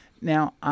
Now